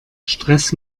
stress